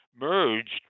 merged